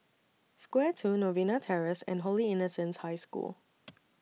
Square two Novena Terrace and Holy Innocents' High School